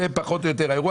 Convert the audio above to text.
זה פחות או יותר האירוע.